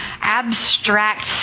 abstract